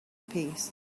peace